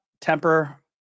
temper